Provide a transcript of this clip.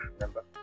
remember